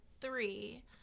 three